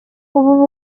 ubu